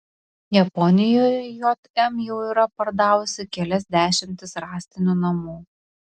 japonijoje jm jau yra pardavusi kelias dešimtis rąstinių namų